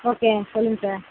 okay சொல்லுங்கள் sir